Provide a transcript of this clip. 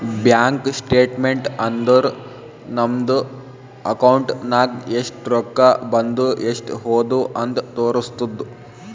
bank statement ಅಂದುರ್ ನಮ್ದು account ನಾಗ್ ಎಸ್ಟ್ ರೊಕ್ಕಾ ಬಂದು ಎಸ್ಟ್ ಹೋದು ಅಂತ್ ತೋರುಸ್ತುದ್